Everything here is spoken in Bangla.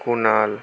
কুণাল